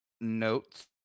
notes